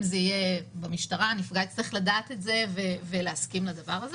אם זה יהיה במשטרה הנפגע יצטרך לדעת את זה ולהסכים לדבר הזה.